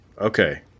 okay